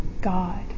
God